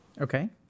Okay